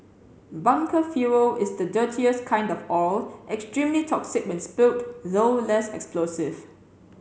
bunker fuel is the dirtiest kind of oil extremely toxic when spilled though less explosive